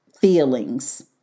feelings